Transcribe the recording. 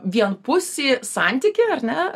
vienpusį santykį ar ne